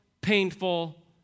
painful